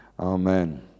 Amen